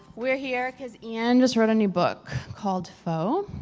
we're here cause iain just wrote a new book, called foe,